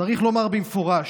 צריך לומר במפורש: